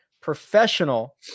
professional